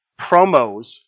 promos